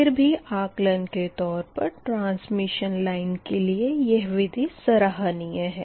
फिर भी आकलन के तौर पर ट्रांसमिशन लाइन के लिए यह विधि सराहनिये है